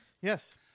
Yes